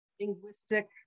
linguistic